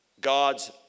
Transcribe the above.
God's